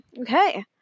okay